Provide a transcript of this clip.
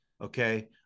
Okay